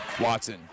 Watson